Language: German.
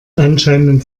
anscheinend